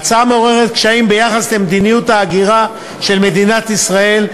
ההצעה מעוררת קשיים ביחס למדיניות ההגירה של מדינת ישראל,